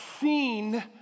seen